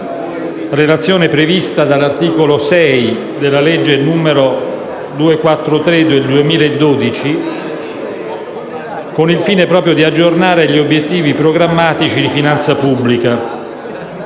relazione prevista dall'articolo 6 della legge n. 243 del 2012, con il fine proprio di aggiornare gli obiettivi programmatici di finanza pubblica.